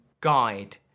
guide